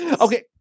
okay